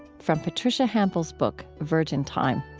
from patricia hampl's book virgin time